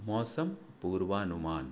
मौसम पूर्वानुमान